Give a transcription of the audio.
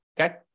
Okay